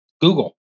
Google